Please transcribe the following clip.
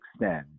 extend